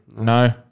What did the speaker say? No